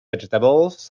vegetables